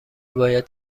باید